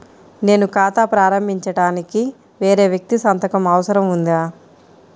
నేను ఖాతా ప్రారంభించటానికి వేరే వ్యక్తి సంతకం అవసరం ఉందా?